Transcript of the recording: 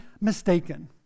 mistaken